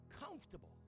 comfortable